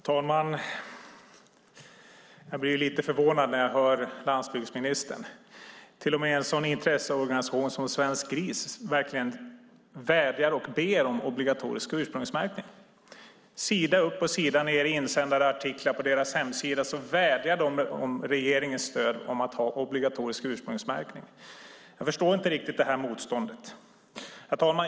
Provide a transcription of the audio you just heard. Herr talman! Jag blir lite förvånad när jag hör landsbygdsministern. Till och med en intresseorganisation som Svensk Gris vädjar och ber om obligatorisk ursprungsmärkning. På sida upp och sida ned i insändarartiklar på deras hemsida vädjar de om regeringens stöd för obligatorisk ursprungsmärkning. Jag förstår inte motståndet. Herr talman!